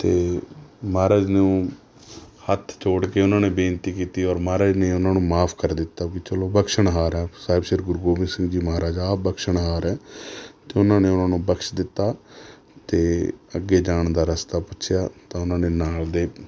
ਅਤੇ ਮਹਾਰਾਜ ਨੂੰ ਹੱਥ ਜੋੜ ਕੇ ਉਹਨਾਂ ਨੇ ਬੇਨਤੀ ਕੀਤੀ ਔਰ ਮਹਾਰਾਜ ਨੇ ਉਹਨਾਂ ਨੂੰ ਮਾਫ ਕਰ ਦਿੱਤਾ ਵੀ ਚਲੋ ਬਖਸ਼ਣਹਾਰ ਹੈ ਸਾਹਿਬ ਸ਼੍ਰੀ ਗੁਰੂ ਗੋਬਿੰਦ ਸਿੰਘ ਜੀ ਮਹਾਰਾਜ ਆਪ ਬਖਸ਼ਣਹਾਰ ਹੈ ਅਤੇ ਉਹਨਾਂ ਨੇ ਉਹਨਾਂ ਨੂੰ ਬਖਸ਼ ਦਿੱਤਾ ਅਤੇ ਅੱਗੇ ਜਾਣ ਦਾ ਰਸਤਾ ਪੁੱਛਿਆ ਤਾਂ ਉਹਨਾਂ ਨੇ ਨਾਲ ਦੇ